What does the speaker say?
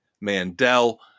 mandel